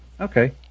Okay